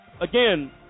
again